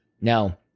Now